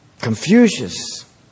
Confucius